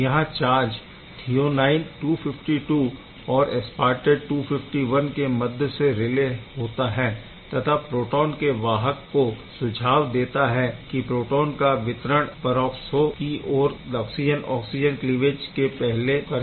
यहाँ charge threonine 252 और aspartate 251 के मध्य से रिले होता है तथा प्रोटोन के वाहक को सुझाव देता है कि प्रोटोन का वितरण परऑक्सो की ओर ऑक्सिजन ऑक्सिजन क्लीवेज के पहले करें